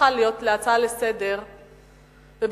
שהפכה להצעה לסדר-היום,